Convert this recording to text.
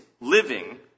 living